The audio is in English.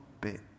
bit